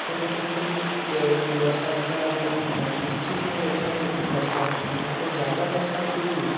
पर ऐसा कोई बरसात का निश्चित नहीं रहता है कितनी बरसात होगी अगर ज़्यादा बरसात हुई है